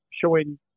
showing